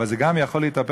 אבל זה גם יכול להתהפך,